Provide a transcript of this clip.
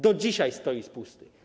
Do dzisiaj stoi pusty.